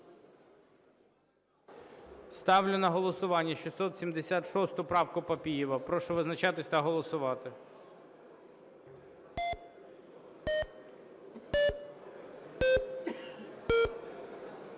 Ставлю на голосування 685 правку. Прошу визначатись та голосувати.